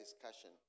discussion